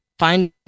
find